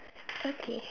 okay